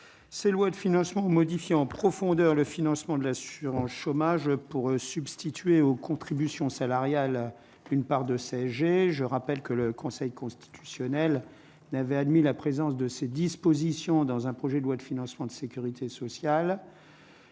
c'est loin de financement modifier en profondeur le financement de l'assurance chômage pour substituer aux contributions salariale, une part de CSG, je rappelle que le Conseil constitutionnel n'avait admis la présence de ces dispositions dans un projet de loi de financement de sécurité sociale,